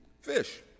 fish